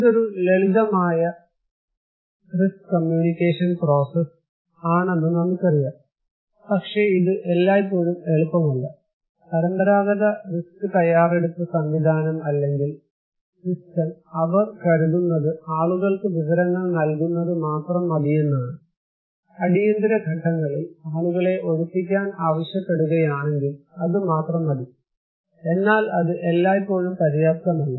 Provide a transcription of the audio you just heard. ഇതൊരു ലളിതമായ risk communication process ആണെന്ന് നമുക്കറിയാം പക്ഷേ ഇത് എല്ലായ്പ്പോഴും എളുപ്പമല്ല പരമ്പരാഗത റിസ്ക് തയ്യാറെടുപ്പ് സംവിധാനം അല്ലെങ്കിൽ സിസ്റ്റം അവർ കരുതുന്നത് ആളുകൾക്ക് വിവരങ്ങൾ നൽകുന്നത് മാത്രം മതിയെന്നാണ് അടിയന്തിര ഘട്ടങ്ങളിൽ ആളുകളെ ഒഴിപ്പിക്കാൻ ആവശ്യപ്പെടുകയാണെങ്കിൽ അത് മാത്രം മതി എന്നാൽ അത് എല്ലായ്പ്പോഴും പര്യാപ്തമല്ല